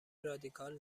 رادیکال